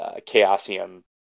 Chaosium